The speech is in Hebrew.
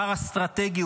פער אסטרטגי,